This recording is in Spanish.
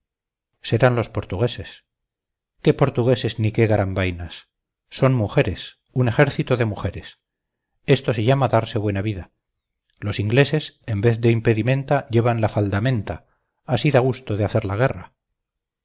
serán los portugueses qué portugueses ni qué garambainas son mujeres un ejército de mujeres esto se llama darse buena vida los ingleses en vez de impedimenta llevan la faldamenta así da gusto de hacer la guerra